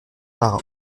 marin